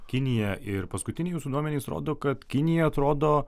kinija ir paskutiniai jūsų duomenys rodo kad kinija atrodo